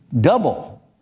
double